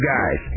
Guys